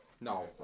No